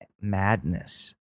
madness